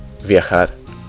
VIAJAR